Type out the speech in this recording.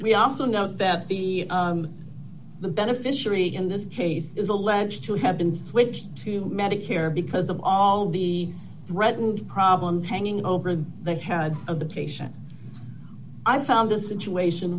we also know that the the beneficiary in this case is alleged to have been switched to medicare because of all the threatened problems hanging over the head of the patient and i found the situation